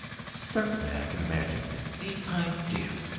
certainly i can imagine things! the idea!